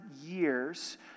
years